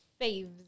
faves